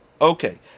Okay